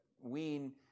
wean